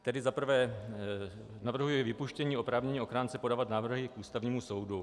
Tedy za prvé, navrhuji vypuštění oprávnění ochránce podávat návrhy k Ústavnímu soudu.